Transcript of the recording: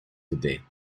today